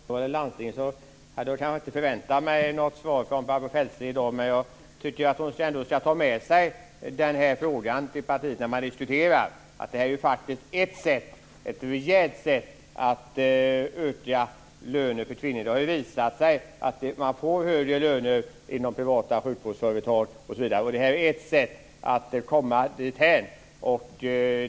Fru talman! Frågan om det offentliga monopolet i landstinget hade jag kanske inte förväntat mig något svar på av Barbro Feltzing i dag, men jag tycker att hon ändå ska ta med sig den frågan till partiet när man diskuterar. Det här är faktiskt ett rejält sätt att öka lönen för kvinnor. Det har visat sig att man får högre löner inom privata sjukvårdsföretag. Det här är ett sätt att komma dithän.